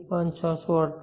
628 1